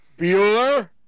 Bueller